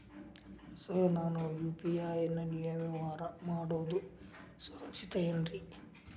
Sir ನಾನು UPI ನಲ್ಲಿ ವ್ಯವಹಾರ ಮಾಡೋದು ಸುರಕ್ಷಿತ ಏನ್ರಿ?